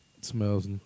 Smells